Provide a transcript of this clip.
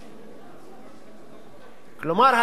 כלומר,